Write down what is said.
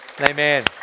Amen